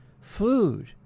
Food